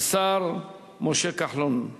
15 בעד, אין מתנגדים, אין נמנעים.